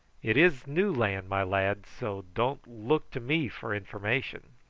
it is new land, my lad, so don't look to me for information.